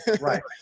Right